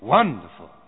Wonderful